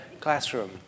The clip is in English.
classroom